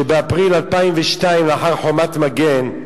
באפריל 2002, לאחר "חומת מגן",